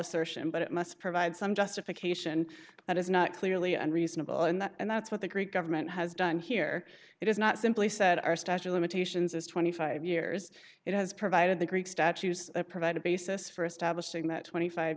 assertion but it must provide some justification that is not clearly unreasonable in that and that's what the greek government has done here it is not simply said our statue of limitations is twenty five years it has provided the greek statues provide a basis for establishing that twenty five